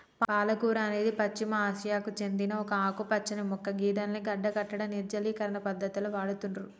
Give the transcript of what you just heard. పాలకూర అనేది పశ్చిమ ఆసియాకు సేందిన ఒక ఆకుపచ్చని మొక్క గిదాన్ని గడ్డకట్టడం, నిర్జలీకరణ పద్ధతులకు వాడుతుర్రు